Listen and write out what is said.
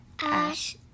ash